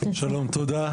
תודה.